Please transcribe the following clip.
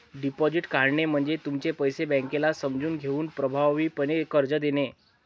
deposit काढणे म्हणजे तुमचे पैसे बँकेला समजून घेऊन प्रभावीपणे कर्ज देणे